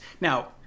Now